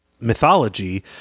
mythology